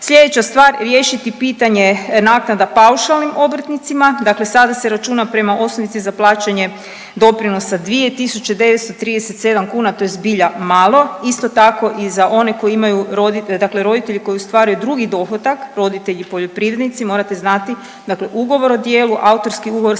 Slijedeća stvar riješiti pitanje naknada paušalnim obrtnicima, dakle sada se računa prema osnovici za plaćanje doprinosa 2.937 kuna, to je zbilja malo. Isto tako i za one koji imaju, dakle roditelji koji ostvaruju drugi dohodak, roditelji poljoprivrednici, morate znati dakle ugovor o djelu, autorski ugovor,